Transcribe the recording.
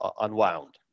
unwound